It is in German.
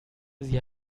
sie